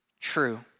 true